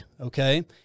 okay